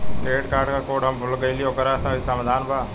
Credit card क code हम भूल गइली ओकर कोई समाधान बा?